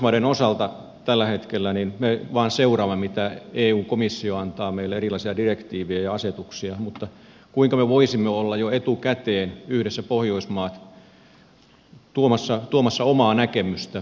pohjoismaiden osalta tällä hetkellä me vain seuraamme mitä erilaisia direktiivejä ja asetuksia eu komissio antaa meille mutta kuinka me pohjoismaat voisimme olla jo etukäteen yhdessä tuomassa omaa näkemystä